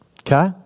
Okay